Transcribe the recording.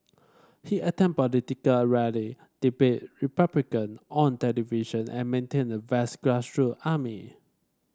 he attend political rally debate Republican on television and maintain a vast grassroot army